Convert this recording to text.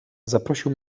zaprosił